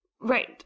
Right